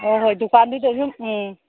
ꯍꯣꯍꯣꯏ ꯗꯨꯀꯥꯟꯗꯨꯗ ꯑꯗꯨꯝ ꯎꯝ